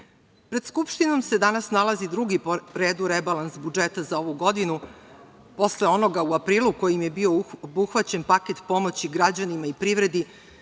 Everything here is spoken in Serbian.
pred Skupštinom se danas nalazi drugi po redu rebalans budžeta za ovu godinu, posle onoga u aprilu kojim je bio obuhvaćen paket pomoći građanima i privredi